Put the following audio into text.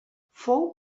fou